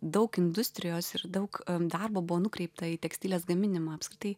daug industrijos ir daug darbo buvo nukreipta į tekstilės gaminimą apskritai